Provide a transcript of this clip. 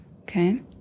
okay